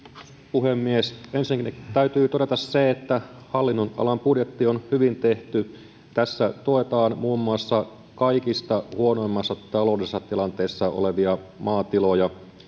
puhemies ensinnäkin täytyy todeta se että hallinnonalan budjetti on hyvin tehty tässä tuetaan muun muassa kaikista huonoimmassa taloudellisessa tilanteessa olevia maatiloja